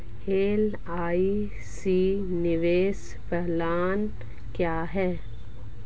LIC निवेश plan क्या है?